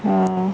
हा